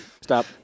Stop